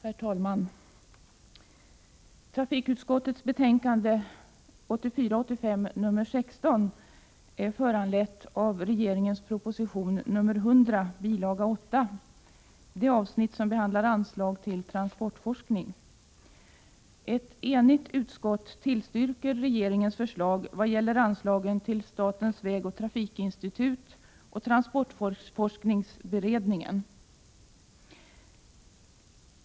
Herr talman! Trafikutskottets betänkande 1984/85:16 är föranlett av regeringens proposition nr 100 bil. 8, närmare bestämt det avsnitt som behandlar anslaget till transportforskning. Ett enigt utskott tillstyrker regeringens förslag i vad gäller anslagen till statens vägoch trafikinstitut och transportforskningsberedningen.